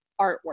artwork